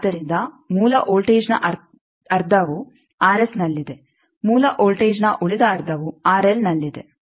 ಆದ್ದರಿಂದ ಮೂಲ ವೋಲ್ಟೇಜ್ನ ಅರ್ಧವು ನಲ್ಲಿದೆ ಮೂಲ ವೋಲ್ಟೇಜ್ನ ಉಳಿದ ಅರ್ಧವು ನಲ್ಲಿದೆ